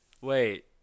wait